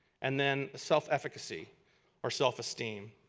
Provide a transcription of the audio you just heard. and then self-efficacy or self esteem.